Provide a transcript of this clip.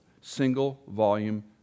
single-volume